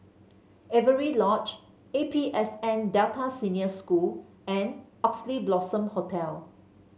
Avery Lodge A P S N Delta Senior School and Oxley Blossom Hotel